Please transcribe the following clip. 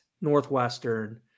Northwestern